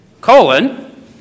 colon